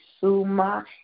suma